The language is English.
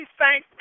thank